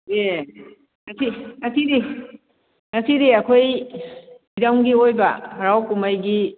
ꯌꯦ ꯉꯁꯤ ꯉꯁꯤꯗꯤ ꯉꯁꯤꯗꯤ ꯑꯩꯈꯣꯏ ꯂꯝꯒꯤ ꯑꯣꯏꯕ ꯍꯔꯥꯎ ꯀꯨꯝꯍꯩꯒꯤ